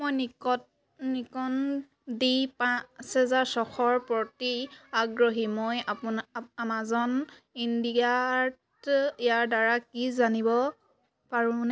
মই Nikon D পাঁচ হেজাৰ ছশৰ প্ৰতি আগ্ৰহী মই আমাজন ইণ্ডিয়াত ইয়াৰদ্বাৰা কি জানিব পাৰোঁনে